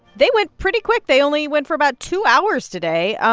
they went pretty quick. they only went for about two hours today.